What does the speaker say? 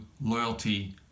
loyalty